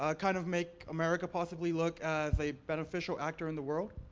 ah kind of make america possibly look as a beneficial actor in the world?